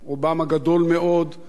הם אנשים שאני,